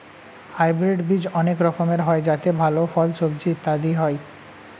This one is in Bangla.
হাইব্রিড বীজ অনেক রকমের হয় যাতে ভালো ফল, সবজি ইত্যাদি হয়